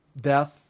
Death